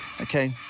okay